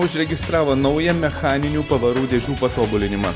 užregistravo naują mechaninių pavarų dėžių patobulinimą